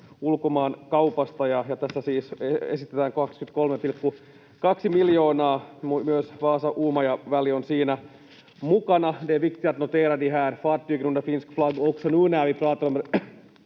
ulkomaankaupasta, ja tässä siis esitetään siihen 23,2 miljoonaa. Myös Vaasa—Uumaja-väli on siinä mukana.